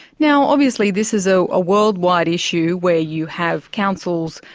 now obviously this is a ah worldwide issue where you have councils,